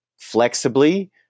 flexibly